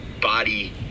body